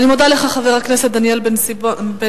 אני מודה לך, חבר הכנסת דניאל בן סימון.